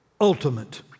ultimate